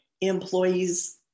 employees